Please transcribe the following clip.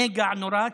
נגע נורא,